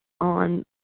on